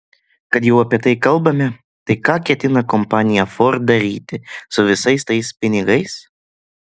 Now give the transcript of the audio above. kad jau apie tai kalbame tai ką ketina kompanija ford daryti su visais tais pinigais